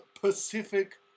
Pacific